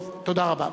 טוב, תודה רבה.